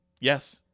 Yes